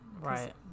Right